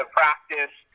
practice